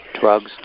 drugs